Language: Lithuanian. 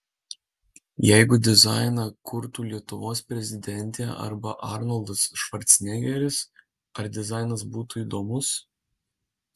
jeigu dizainą kurtų lietuvos prezidentė arba arnoldas švarcnegeris ar dizainas būtų įdomus